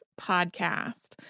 podcast